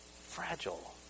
fragile